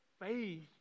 faith